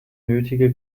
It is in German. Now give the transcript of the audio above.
nötige